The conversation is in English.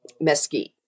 mesquite